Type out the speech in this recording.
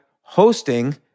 hosting